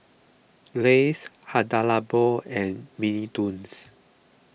Lays Hada Labo and Mini Toons